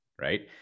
right